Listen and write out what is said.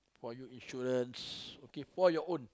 for you insurance okay for your own